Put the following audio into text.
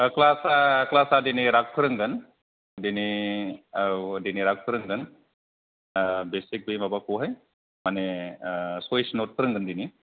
class आ class आ दिनै राग फोरोंगोन दिनै औ दिनै राग फोरोंगोन ओ बेसिक बे माबाखौहाय माने सयस नथ फोरोंगोन दिनै